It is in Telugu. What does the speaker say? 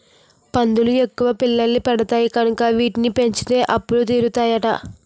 పందులు ఎక్కువ పిల్లల్ని పెడతాయి కనుక వీటిని పెంచితే అప్పులు తీరుతాయట